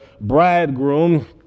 bridegroom